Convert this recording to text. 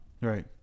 right